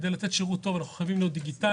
כדי לתת שירות טוב אנחנו חייבים להיות דיגיטליים.